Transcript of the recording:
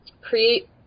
create